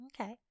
Okay